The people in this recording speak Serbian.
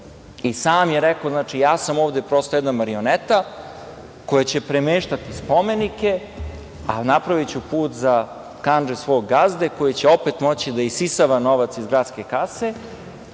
I sam je rekao, znači – ja sam ovde prosto jedna marioneta koja će premeštati spomenike, a napraviću put za kandže svog gazde koji će opet moći da isisava novac iz gradske kase,